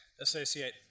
Associate